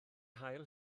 hail